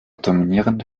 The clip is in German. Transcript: dominierende